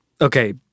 Okay